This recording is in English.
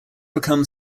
became